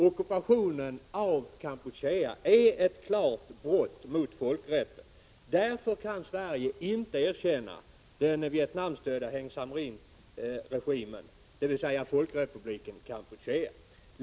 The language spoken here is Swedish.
Ockupationen av Kampuchea är ett klart brott mot folkrätten. Därför kan Sverige inte erkänna den Vietnamstödda Heng Samrin-regimen, dvs. Folkrepubliken Kampuchea.